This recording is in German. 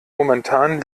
momentan